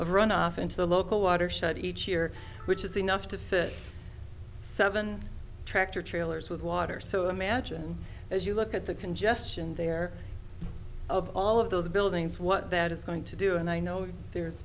of runoff into the local watershed each year which is enough to fish seven tractor trailers with water so imagine as you look at the congestion there of all of those buildings what that is going to do and i know there's